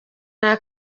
nta